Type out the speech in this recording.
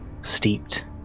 steeped